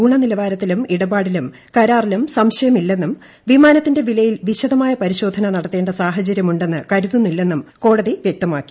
ഗുണനിലവാരത്തിലും ഇടപാടിലും കരാറിലും സംശയമില്ലെന്നും വിമാനത്തിന്റെ വിലയിൽ വിശദമായ പരിശോധന നടത്തേണ്ട സാഹചര്യമുണ്ടെന്ന് കരുതുന്നില്ലെന്നും കോടതി വ്യക്തമാക്കി